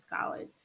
college